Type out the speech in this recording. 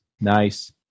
Nice